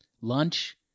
lunch